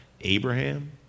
Abraham